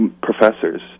professors